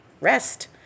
Rest